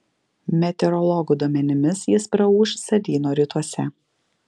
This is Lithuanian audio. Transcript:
meteorologų duomenimis jis praūš salyno rytuose